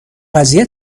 قضیه